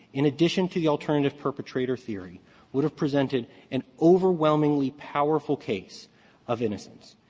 in addition to the alternative perpetrator theory would have presented an overwhelmingly powerful case of innocence.